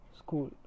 school